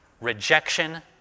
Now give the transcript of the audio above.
Rejection